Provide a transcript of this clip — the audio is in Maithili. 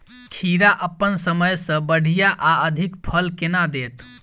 खीरा अप्पन समय सँ बढ़िया आ अधिक फल केना देत?